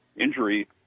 injury